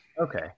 Okay